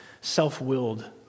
self-willed